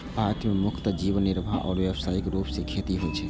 भारत मे मुख्यतः जीवन निर्वाह आ व्यावसायिक रूप सं खेती होइ छै